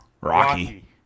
Rocky